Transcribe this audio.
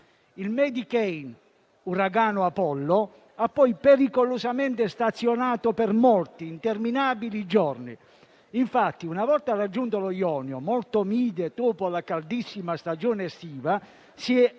Il *medicane*, uragano Apollo, ha poi pericolosamente stazionato per molti interminabili giorni. Infatti, una volta raggiunto lo Jonio, molto mite dopo la caldissima stagione estiva, si è